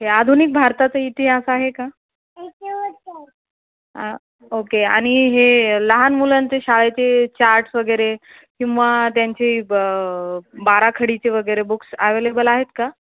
हे आधुनिक भारताचा इतिहास आहे का ओके आणि हे लहान मुलांचे शाळेचे चार्ट्स वगैरे किंवा त्यांची ब बाराखडीचे वगैरे बुक्स ॲवेलेबल आहेत का